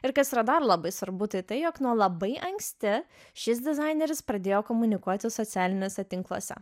ir kas yra dar labai svarbu tai tai jog nuo labai anksti šis dizaineris pradėjo komunikuoti socialiniuose tinkluose